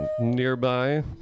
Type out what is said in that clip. nearby